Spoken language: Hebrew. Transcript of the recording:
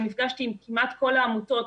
נפגשתי עם כמעט כל העמותות,